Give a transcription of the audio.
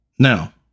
Now